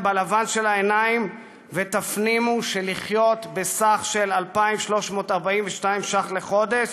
בלבן של העיניים ותפנימו שלחיות מסך של 2,342 ש"ח לחודש